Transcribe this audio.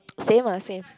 same ah same